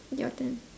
your turn